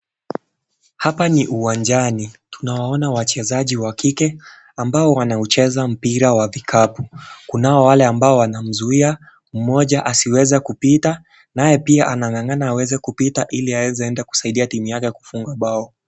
Hapa ni uwanjani, tunawaona wachezaji wa kike ambao wanaucheza mpira wa vikapu, kunao wale ambao wanamzuia mmoja asiweze kupita naye pia anang'nga'na aweze kupita ili aeze kusaidia timu yake kufunga bao.